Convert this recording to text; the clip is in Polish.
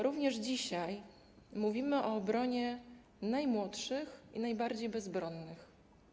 Również dzisiaj mówimy o obronie najmłodszych i najbardziej bezbronnych.